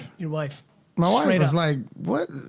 your wife. my wife i mean was like what,